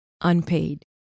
unpaid